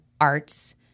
Arts